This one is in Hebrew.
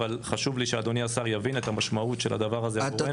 אבל חשוב לי שאדוני השר יבין את המשמעות של הדבר הזה עבורנו.